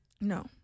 No